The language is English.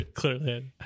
clearly